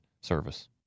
service